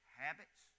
habits